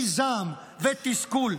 מזעם ומתסכול.